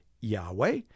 Yahweh